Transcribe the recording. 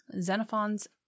Xenophon's